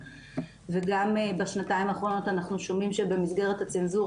וגם בשנתיים האחרונות אנחנו שומעים שבמסגרת הצנזורה,